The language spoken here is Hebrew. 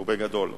ובגדול.